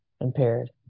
impaired